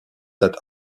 that